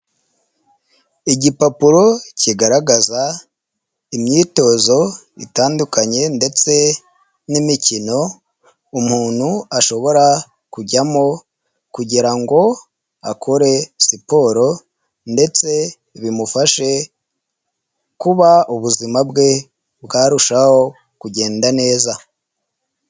Igipapuro kigaragaza imyitozo itandukanye ndetse n'imikino umuntu ashobora kujyamo kugira ngo akore siporo ndetse bimufashe kuba ubuzima bwe bwarushaho kugenda neza.